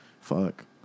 Fuck